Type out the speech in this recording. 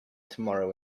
tomorrow